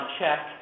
check